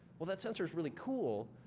well, that sensor is really cool,